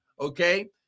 Okay